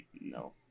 no